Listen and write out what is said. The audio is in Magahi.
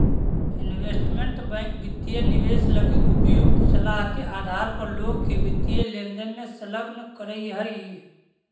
इन्वेस्टमेंट बैंक वित्तीय निवेश लगी उपयुक्त सलाह के आधार पर लोग के वित्तीय लेनदेन में संलग्न करऽ हइ